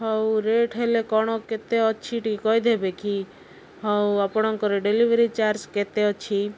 ହଉ ରେଟ୍ ହେଲେ କ'ଣ କେତେ ଅଛି ଟିକେ କହିଦେବେ କି ହଉ ଆପଣଙ୍କର ଡେଲିଭରି ଚାର୍ଜ କେତେ ଅଛି